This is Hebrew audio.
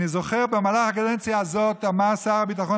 אני זוכר שבמהלך הקדנציה הזאת אמר שר הביטחון